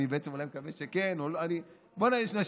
אני בעצם אולי מקווה שכן.